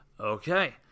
Okay